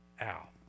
out